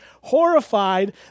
horrified